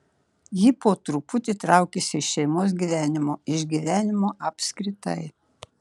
ji po truputį traukėsi iš šeimos gyvenimo iš gyvenimo apskritai